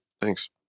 Thanks